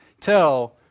tell